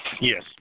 Yes